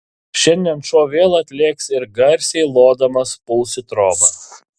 šiandien šuo vėl atlėks ir garsiai lodamas puls į trobą